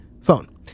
phone